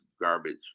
garbage